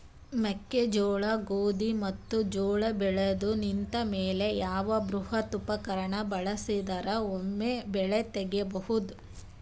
ಮೆಕ್ಕೆಜೋಳ, ಗೋಧಿ ಮತ್ತು ಜೋಳ ಬೆಳೆದು ನಿಂತ ಮೇಲೆ ಯಾವ ಬೃಹತ್ ಉಪಕರಣ ಬಳಸಿದರ ವೊಮೆ ಬೆಳಿ ತಗಿಬಹುದು?